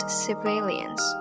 civilians